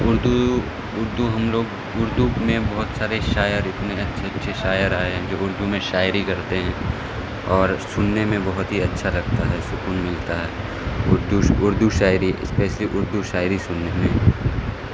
اردو اردو ہم لوگ اردو میں بہت سارے شاعر اتنے اچھے اچھے شاعر آئے ہیں جو اردو میں شاعری کرتے ہیں اور سننے میں بہت ہی اچھا لگتا ہے سکون ملتا ہے اردو اردو شاعری اسپیشلی اردو شاعری سننے میں